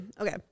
okay